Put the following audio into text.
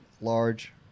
large